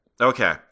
Okay